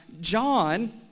John